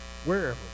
wherever